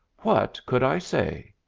what could i say?